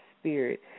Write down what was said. spirit